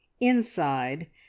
inside